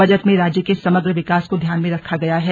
budget में राज्य के समग्र विकास को ध्यान में रखा गया है